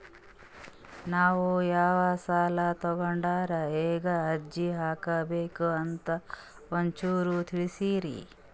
ನಾವು ಯಾ ಸಾಲ ತೊಗೊಂಡ್ರ ಹೆಂಗ ಅರ್ಜಿ ಹಾಕಬೇಕು ಅಂತ ಒಂಚೂರು ತಿಳಿಸ್ತೀರಿ?